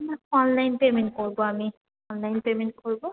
না online payment করবো আমি অনলাইন পেমেন্ট করবো